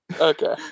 Okay